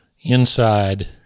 inside